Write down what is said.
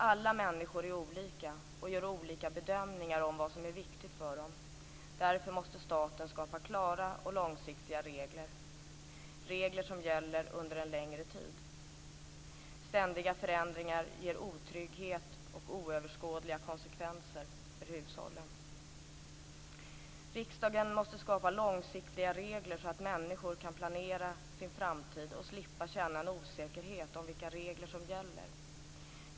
Alla människor är olika och gör olika bedömningar av vad som är viktigt för dem. Därför måste staten skapa klara och långsiktiga regler - regler som gäller under en längre tid. Ständiga förändringar ger otrygghet och oöverskådliga konsekvenser för hushållen. Riksdagen måste skapa långsiktiga regler, så att människor kan planera sin framtid och slippa känna en osäkerhet om vilka regler som gäller.